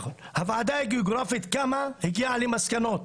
הוועדה הגיאוגרפית קמה, הגיעה למסקנות.